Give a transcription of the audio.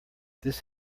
this